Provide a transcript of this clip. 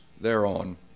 thereon